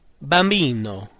bambino